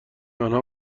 آنها